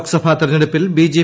ലോക്സഭാ തെരഞ്ഞെടുപ്പിൽ ബീജെ